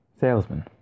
Salesman